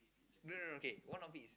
no no no okay one of it is